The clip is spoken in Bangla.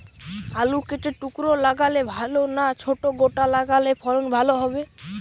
আলু কেটে টুকরো লাগালে ভাল না ছোট গোটা লাগালে ফলন ভালো হবে?